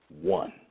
one